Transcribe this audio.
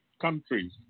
countries